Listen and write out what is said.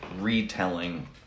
retelling